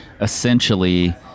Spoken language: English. essentially